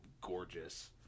Gorgeous